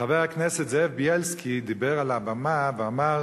חבר הכנסת זאב בילסקי דיבר על הבמה ואמר